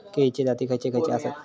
केळीचे जाती खयचे खयचे आसत?